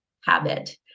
habit